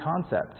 concept